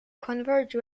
converge